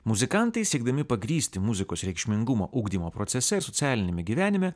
muzikantai siekdami pagrįsti muzikos reikšmingumą ugdymo procese ir socialiniame gyvenime